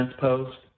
post